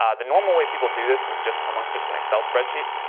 um the normal way people do this is just someone keeps an excel spreadsheet.